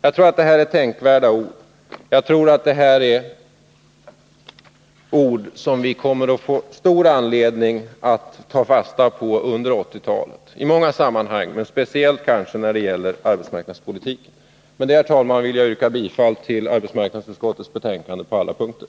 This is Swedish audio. Jag tror att det är tänkvärda ord, som vi kommer att få stor anledning att ta fasta på under 1980-talet i många sammanhang, men kanske speciellt när det gäller arbetsmarknadspolitik. Med detta, herr talman, ber jag att få yrka bifall till utskottets hemställan på samtliga punkter.